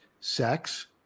sex